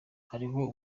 hariho